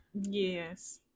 yes